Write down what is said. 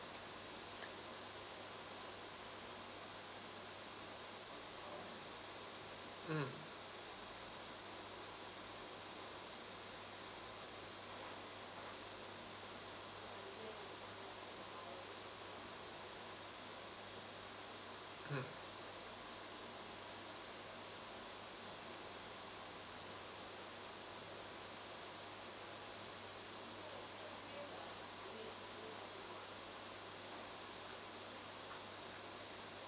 mm mm